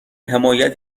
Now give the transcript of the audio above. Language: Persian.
حمایت